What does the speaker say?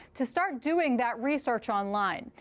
to start doing that research online.